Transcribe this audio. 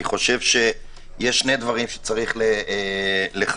יש שני דברים שצריך לחדד.